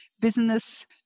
business